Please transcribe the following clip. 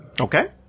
Okay